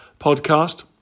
podcast